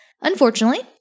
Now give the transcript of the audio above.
unfortunately